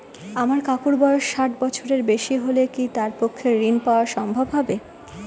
আমার কাকুর বয়স ষাট বছরের বেশি হলে কি তার পক্ষে ঋণ পাওয়া সম্ভব হবে?